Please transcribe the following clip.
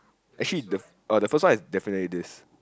actually the uh the first one is definitely this